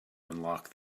unlock